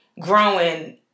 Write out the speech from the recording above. growing